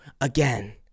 again